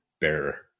bearer